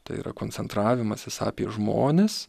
tai yra koncentravimasis apie žmones